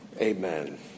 amen